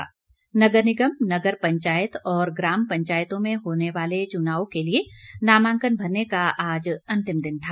चुनाव नगर निगम नगर पंचायत और ग्राम पंचायतों में होने वाले चुनाव के लिए नामांकन भरने का आज अंतिम दिन था